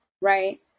Right